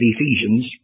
Ephesians